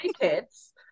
kids